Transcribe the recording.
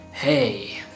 Hey